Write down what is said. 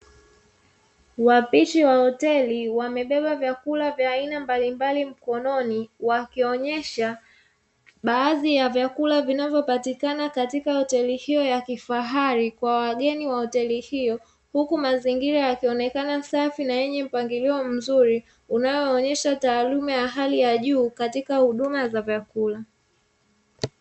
Wapishi wa hoteli wamebeba vya aina vyakula mbalimbali mkononi, wakionyesha baadhi ya vyakula vinavyopatikana katika hoteli hiyo ya kifahari, kwa wageni wa katika hoteli hiyo, huku mazingira yakionekana safi na yenye mpangilio mzuri, unaoonyesha taaluma ya hali ya juu katika huduma za vyakula.